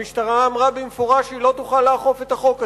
המשטרה אמרה במפורש שהיא לא תוכל לאכוף את החוק הזה.